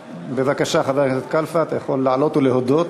בבקשה, חבר הכנסת קלפה, אתה יכול לעלות ולהודות.